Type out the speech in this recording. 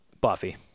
Buffy